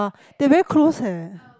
oh they very close eh